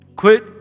Quit